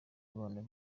abantu